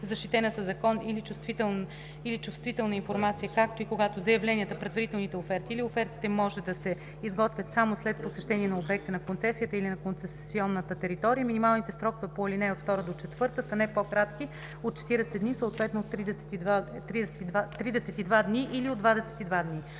защитена със закон или чувствителна информация, както и когато заявленията, предварителните оферти или офертите може да се изготвят само след посещение на обекта на концесията или на концесионната територия, минималните срокове по ал. 2 - 4 са не по-кратки от 40 дни, съответно от 32 дни и от 22 дни.“